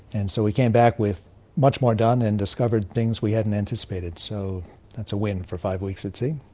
and so we came back with much more done and discovered things we hadn't anticipated. so that's a win for five weeks at sea.